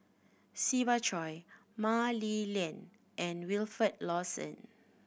Siva Choy Mah Li Lian and Wilfed Lawson